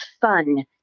fun